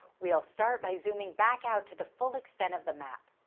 we'll start by zooming back out to the full extent of the map.